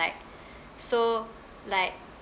so like